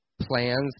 plans